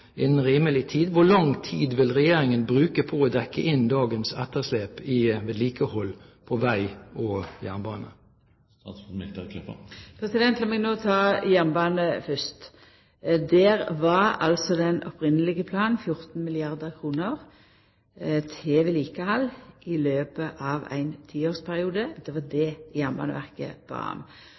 rimelig tid? Hvor lang tid vil Regjeringen bruke på å dekke inn dagens etterslep på vedlikehold på vei og jernbane? Lat meg no ta jernbanen fyrst. Der var altså den opphavlege planen 14 milliardar kr til vedlikehald i løpet av ein tiårsperiode. Det var det Jernbaneverket bad om.